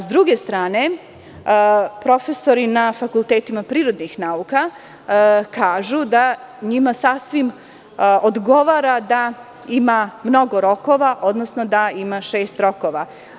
Sa druge strane, profesori na fakultetima prirodnih nauka kažu da njima sasvim odgovara da ima mnogo rokova, odnosno da ima šest rokova.